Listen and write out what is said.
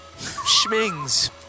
Schmings